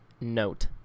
note